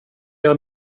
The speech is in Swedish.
göra